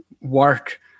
work